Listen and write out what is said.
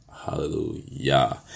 Hallelujah